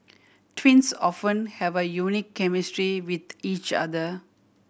twins often have a unique chemistry with each other